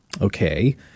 Okay